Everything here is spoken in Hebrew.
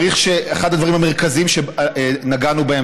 אחד הדברים המרכזיים שנגענו בהם,